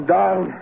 down